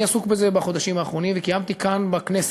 אני עסוק בזה בחודשים האחרונים וקיימתי כאן בכנסת,